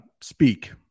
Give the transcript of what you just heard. speak